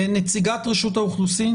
נציגת רשות האוכלוסין,